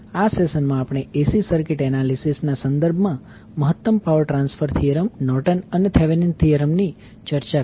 આ સેશનમાં આપણે AC સર્કિટ એનાલિસિસ ના સંદર્ભમાં મહત્તમ પાવર ટ્રાન્સફર થિયરમ નોર્ટન અને થેવેનીન થિયરમ ની ચર્ચા કરી